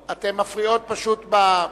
אני קובע כי הצעת חוק שוויון ההזדמנויות בעבודה